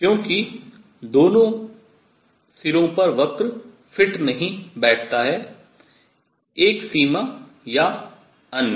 क्योंकि वक्र दोनों सिरों पर फिट सही नहीं बैठता है एक सीमा या अन्य